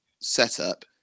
setup